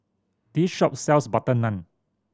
this shop sells butter naan